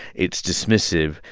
it's dismissive,